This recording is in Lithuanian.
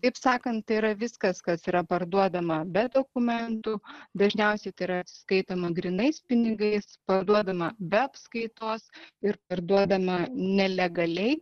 taip sakant yra viskas kas yra parduodama be dokumentų dažniausiai tai yra atsiskaitoma grynais pinigais parduodama be apskaitos ir parduodama nelegaliai